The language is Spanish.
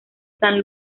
san